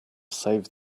save